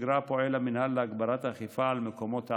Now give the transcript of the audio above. עם חזרת המשק לשגרה פועל המינהל להגברת האכיפה על מקומות העבודה.